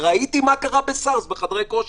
ראיתי מה קרה בחדרי הכושר.